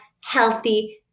healthy